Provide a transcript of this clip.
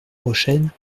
rochelle